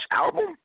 album